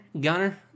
Gunner